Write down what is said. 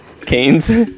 canes